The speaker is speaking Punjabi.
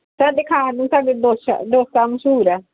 ਸਾਡੇ ਖਾਣ ਨੂੰ ਸਾਡੇ ਡੋਸ਼ਾ ਡੋਸਾ ਮਸ਼ਹੂਰ ਹੈ